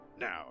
Now